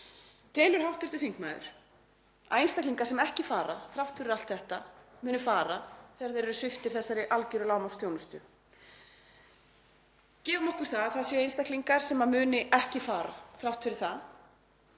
Telur hv. þingmaður að einstaklingar sem ekki fara þrátt fyrir allt þetta muni fara ef þeir eru sviptir þessari algjöru lágmarksþjónustu? Gefum okkur að það séu einstaklingar sem muni ekki fara þrátt fyrir það.